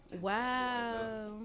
Wow